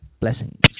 Blessings